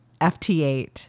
FT8